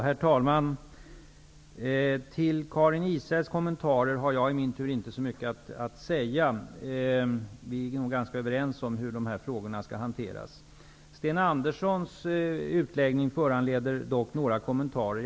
Herr talman! Till Karin Israelssons kommentarer har jag i min tur inte så mycket att säga. Vi är nog ganska överens om hur dessa frågor skall hanteras. Sten Anderssons i Malmö utläggning föranleder dock några kommentarer.